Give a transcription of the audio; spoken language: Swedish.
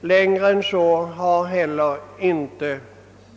Längre än så har inte